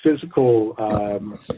physical